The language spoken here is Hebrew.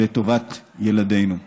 לטובת ילדינו.